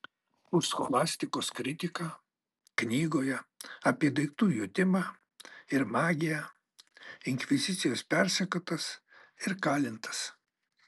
už scholastikos kritiką knygoje apie daiktų jutimą ir magiją inkvizicijos persekiotas ir kalintas